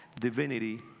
divinity